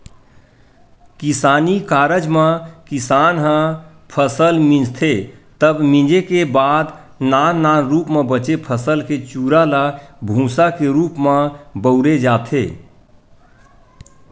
किसानी कारज म किसान ह फसल मिंजथे तब मिंजे के बाद नान नान रूप म बचे फसल के चूरा ल भूंसा के रूप म बउरे जाथे